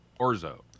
orzo